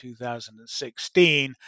2016